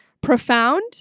profound